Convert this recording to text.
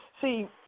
See